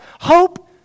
hope